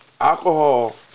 alcohol